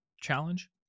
challenge